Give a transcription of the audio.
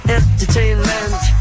entertainment